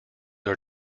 are